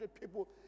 people